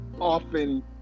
often